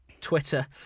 Twitter